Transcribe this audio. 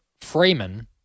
Freeman